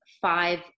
five